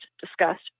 discussed